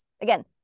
Again